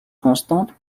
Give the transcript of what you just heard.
constante